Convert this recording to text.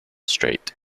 straight